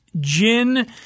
gin